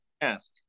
ask